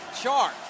chart